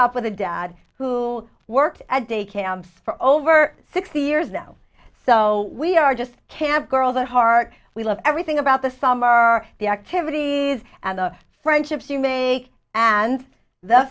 up with a dad who worked at de camp for over sixty years now so we are just camp girl the heart we love everything about the summer are the activities and the friendships you make and the